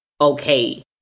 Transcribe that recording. okay